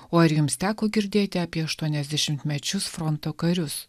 o ar jums teko girdėti apie aštuoniasdešimtmečius fronto karius